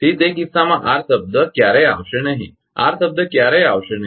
તેથી તે કિસ્સામાં r શબ્દ ક્યારેય આવશે નહીં r શબ્દ ક્યારેય આવશે નહીં